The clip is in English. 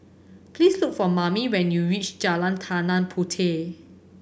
please look for Mame when you reach Jalan Tanah Puteh